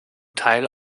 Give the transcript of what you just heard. teil